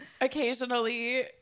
occasionally